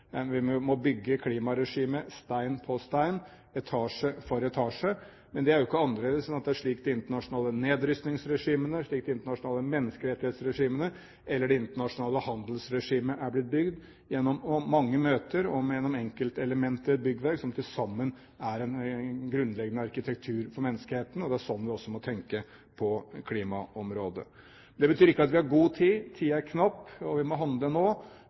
vi må bygge klimaregimer stein på stein, etasje for etasje, men det er jo ikke annerledes enn at det er slik de internasjonale nedrustningsregimene, slik de internasjonale menneskerettighetsregimene eller de internasjonale handelsregimene er blitt bygd gjennom mange møter og gjennom enkeltelementer av byggverk som til sammen er en grunnleggende arkitektur for menneskeheten. Det er slik vi også må tenke på klimaområdet. Det betyr ikke at vi har god tid. Tiden er knapp, og vi må handle nå.